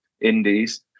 Indies